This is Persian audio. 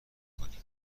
کنیم